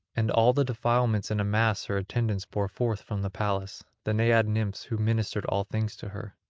and all the defilements in a mass her attendants bore forth from the palace the naiad nymphs who ministered all things to her.